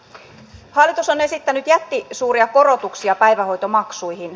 hallitus on esittänyt jättisuuria korotuksia päivähoitomaksuihin